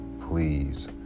Please